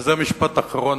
וזה המשפט האחרון,